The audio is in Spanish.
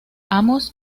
amos